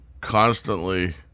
constantly